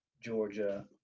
Georgia